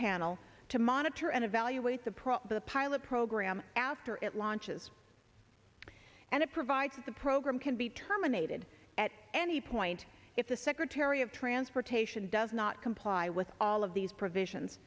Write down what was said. panel to monitor and evaluate the probe the pilot program after it launches and it provides that the program can be terminated at any point if the secretary of transportation does not comply with all of these provisions